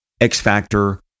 X-Factor